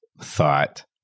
thought